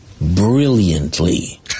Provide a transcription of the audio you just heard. Brilliantly